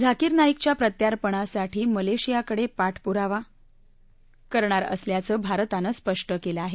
झाकीर नाईकच्या प्रत्यार्पणासाठी मलेशियाकडे पाठपुरावा करणार असल्याचं भारतानं स्पष्ट केलं आहे